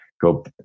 go